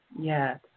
Yes